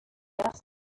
asked